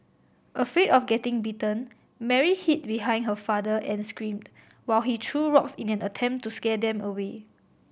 afraid of getting bitten Mary hid behind her father and screamed while he threw rocks in an attempt to scare them away